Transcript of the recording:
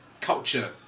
culture